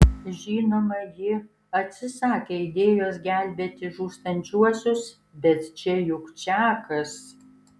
žinoma ji atsisakė idėjos gelbėti žūstančiuosius bet čia juk čakas